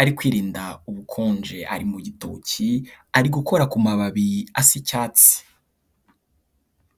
ari kwirinda ubukonje ari mu gitoki ari gukora ku mababi asa icyatsi.